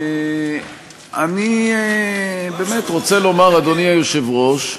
אני רוצה לומר, אדוני היושב-ראש,